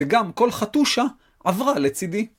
וגם כל חטושה עברה לצידי.